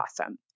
awesome